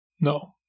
No